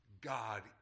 God